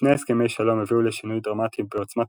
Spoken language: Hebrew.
שני הסכמי שלום הביאו לשינוי דרמטי בעוצמת